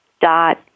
dot